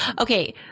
Okay